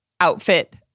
outfit